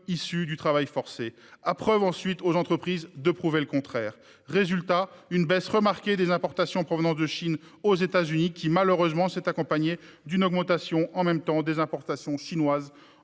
issu du travail forcé, à charge ensuite aux entreprises de prouver le contraire. Résultat : une baisse remarquée des importations en provenance de Chine aux États-Unis, qui, malheureusement, s'est accompagnée dans le même temps d'une augmentation des importations chinoises